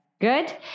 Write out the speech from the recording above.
Good